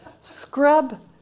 scrub